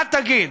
מה תגיד,